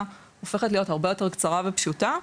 הופכת להיות הרבה יותר קצרה ופשוטה.